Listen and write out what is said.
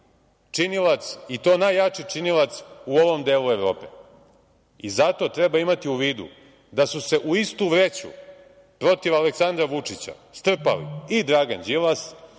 činilac i to najjači činilac u ovom delu Evrope. Zato treba imati u vidu da su se u istu vreću protiv Aleksandra Vučića strpali i Dragan Đilas